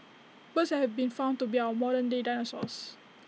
birds have been found to be our modern day dinosaurs